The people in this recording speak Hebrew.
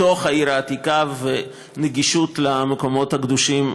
בתוך העיר העתיקה וגישה של עם ישראל למקומות הקדושים.